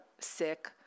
sick